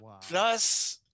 Plus